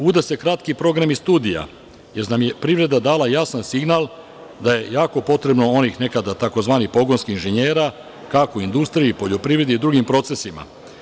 Uvode se kratki programi studija, jer nam je privreda dala jasan signal da je jako potrebno, onih nekada, tzv. pogonskih inžinjera, kako industriji, poljoprivredi, drugim procesima.